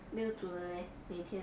没有煮的 meh 每天